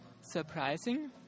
surprising